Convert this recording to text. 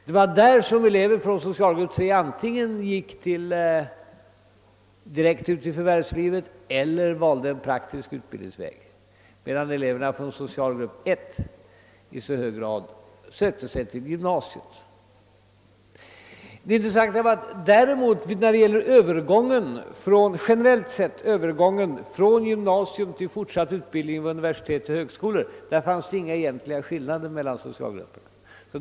Det var där som eleverna från socialgrupp III antingen gick ut i förvärvslivet eller valde en praktisk utbildningsväg, medan elever från socialgrupp I i så hög grad sökte sig till gymnasiet. Men lika intressant var att vid övergången från gymnasiet till fortsatt utbildning vid universitet och högskolor fanns det inga egentliga skillnader mellan socialgrupperna.